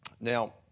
Now